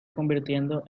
convirtiendo